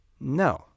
No